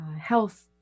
health